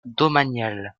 domaniale